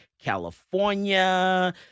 California